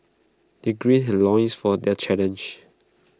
they gird their loins for their challenge